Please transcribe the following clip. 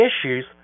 Issues